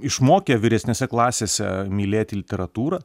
išmokė vyresnėse klasėse mylėti literatūrą